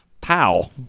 Pow